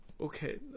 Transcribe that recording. Okay